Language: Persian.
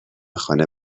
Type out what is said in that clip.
خانه